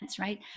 right